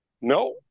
No